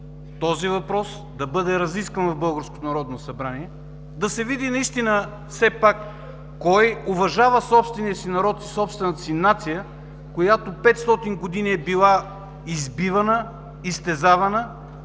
Народно събрание, да се види наистина все пак кой уважава собствения си народ и собствената си нация, която 500 години е била избивана, изтезавана